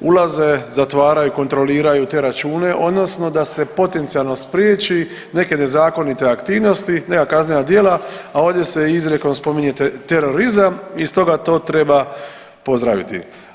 ulaze, zatvaraju, kontroliraju te račune odnosno da se potencijalno spriječi neke nezakonite aktivnosti, neka kaznena dijela, a ovdje se izrijekom spominje terorizam i stoga to treba pozdraviti.